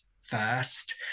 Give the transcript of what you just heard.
first